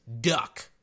Duck